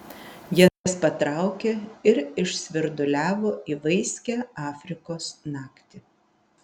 jas patraukė ir išsvirduliavo į vaiskią afrikos naktį